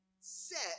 Set